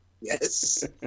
Yes